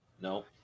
no